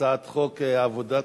הצעת חוק עבודת,